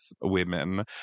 women